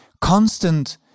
constant